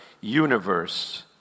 universe